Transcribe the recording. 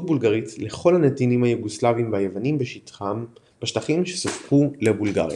בולגרית לכל הנתינים היוגוסלבים והיוונים בשטחים שסופחו לבולגריה.